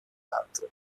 altre